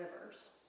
rivers